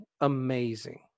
amazing